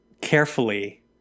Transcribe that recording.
carefully